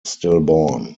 stillborn